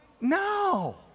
no